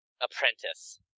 Apprentice